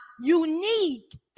unique